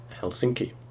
Helsinki